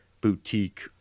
boutique